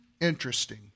interesting